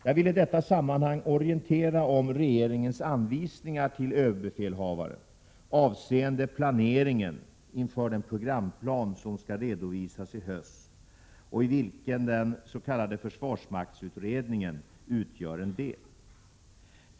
Jag vill i detta sammanhang orientera om regeringens anvisningar till ÖB avseende planeringen inför den programplan som skall redovisas i höst och i vilken den s.k. försvarsmaktsutredningen, FU 88, utgör en del.